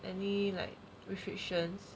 any like restrictions